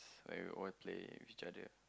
where we would all playing with each other